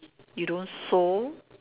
you don't sew